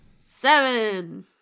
Seven